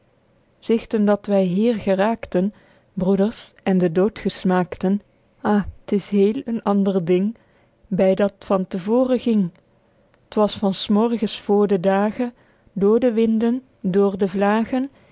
sichten dat wy hier geraekten broeders en de dood gesmaekten ah t is heel een ander ding by dat t van te vooren ging t was van s morgens vr den dage dr de winden dr de vlagen